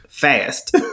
fast